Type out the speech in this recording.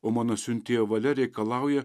o mano siuntėjo valia reikalauja